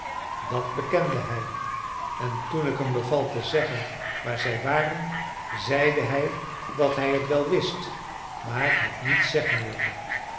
dat bekende hij en toen ik hem beval te zeggen waar zij waren zeide hij dat hij het wel wist maar het niet zeggen wilde